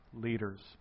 Leaders